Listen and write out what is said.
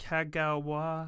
Kagawa